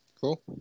Cool